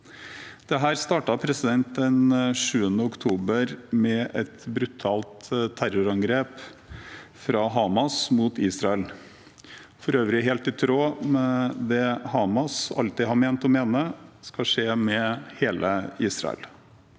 Dette startet den 7. oktober med et brutalt terrorangrep fra Hamas mot Israel, for øvrig helt i tråd med det Hamas alltid har ment og mener skal skje med hele Israel.